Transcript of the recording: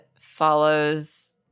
follows